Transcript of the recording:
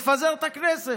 תפזר את הכנסת.